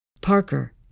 Parker